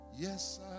Yes